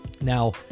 Now